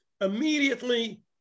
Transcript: immediately